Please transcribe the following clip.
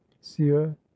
sieur